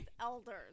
elders